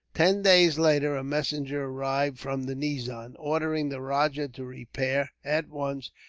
ten days later a messenger arrived from the nizam, ordering the rajah to repair, at once,